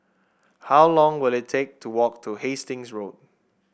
how long will it take to walk to Hastings Road